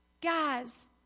Guys